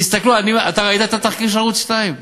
תסתכלו, אתה ראית את התחקיר של ערוץ 2?